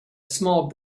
small